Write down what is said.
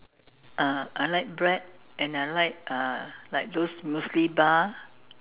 ah I like bread and I like uh like those muesli bar